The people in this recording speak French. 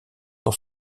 dans